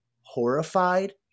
horrified